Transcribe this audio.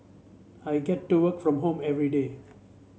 I get to work from home everyday